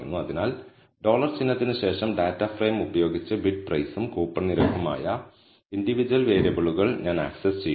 അതിനാൽ ഡോളർ ചിഹ്നത്തിന് ശേഷം ഡാറ്റ ഫ്രെയിം ഉപയോഗിച്ച് ബിഡ് പ്രൈസും കൂപ്പൺ നിരക്കും ആയ വ്യക്തിഗത വേരിയബിളുകൾ ഞാൻ ആക്സസ് ചെയ്യുന്നു